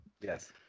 Yes